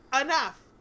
enough